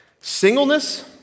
Singleness